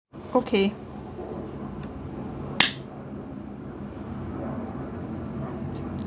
okay